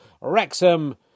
Wrexham